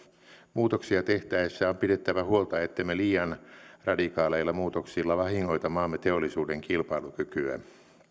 muutoksia tehtäessä on pidettävä huolta ettemme liian radikaaleilla muutoksilla vahingoita maamme teollisuuden kilpailukykyä